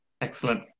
excellent